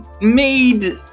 made